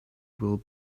will